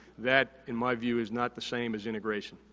that, in my view, is not the same as integration.